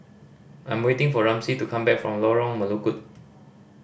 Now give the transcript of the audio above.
I'm waiting for Ramsey to come back from Lorong Melukut